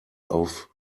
auf